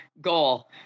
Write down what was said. goal